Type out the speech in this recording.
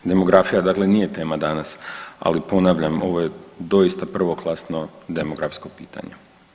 Demografija dakle nije tema danas, ali ponavljam ovo je doista prvoklasno demografsko pitanje.